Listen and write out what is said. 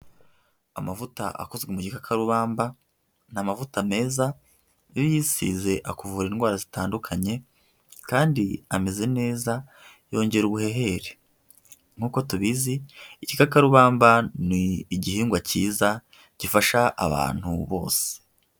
Amavuta akozwe mu gikakarubamba, ni amavuta meza, iyo uyisize akuvura indwara zitandukanye kandi ameze neza, yongera ubuhehere. Nkuko tubizi ikikakarubamba ni igihingwa cyiza, gifasha abantu bose.